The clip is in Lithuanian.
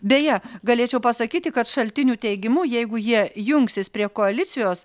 beje galėčiau pasakyti kad šaltinių teigimu jeigu jie jungsis prie koalicijos